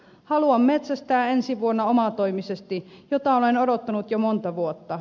haluan metsästää ensi vuonna omatoimisesti mitä olen odottanut jo monta vuotta